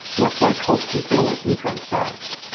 much like hulse and taylor's neutron stars.